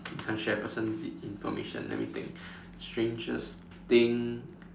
you can't share personal information let me think strangest thing